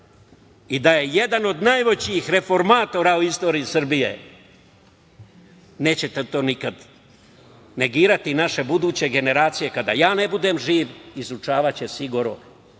i da je jedan od najvećih reformatora u istoriji Srbije. Nećete to nikad negirati. Naše buduće generacije, kada ja ne budem živ, izučavaće sigurno